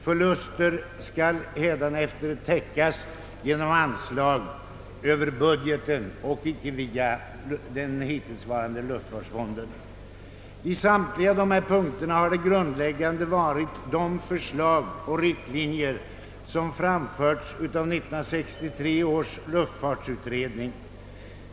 Förluster skall hädanefter täckas genom anslag över budgeten och icke via den hittillsvarande luftfartsfonden. I samtliga dessa punkter har det grundläggande varit förslag och riktlinjer som framförts av 1963 års luftfartsutredning.